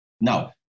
Now